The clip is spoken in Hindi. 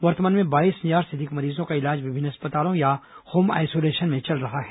वर्तमान में बाईस हजार से अधिक मरीजों का इलाज विभिन्न अस्पतालों या होम आइसोलेशन में चल रहा है